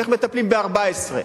איך מטפלים ב-14?